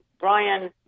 Brian